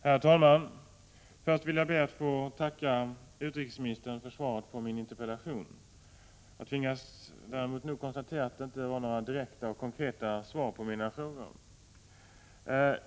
Herr talman! Först vill jag be att få tacka utrikesministern för svaret på min interpellation. Jag tvingas däremot konstatera att det inte innehöll några direkta och konkreta svar på mina frågor.